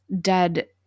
dead